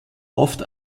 oft